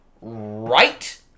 right